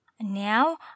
now